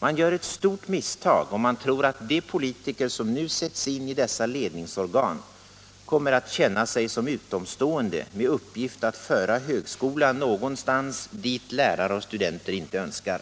Man gör ett stort misstag om man tror att de politiker som nu sätts in i dessa ledningsorgan kommer att känna sig som utomstående med uppgift att föra högskolan någonstans dit lärare och studenter inte önskar.